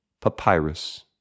papyrus